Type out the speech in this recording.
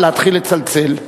להתחיל לצלצל.